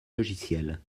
logiciels